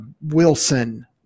Wilson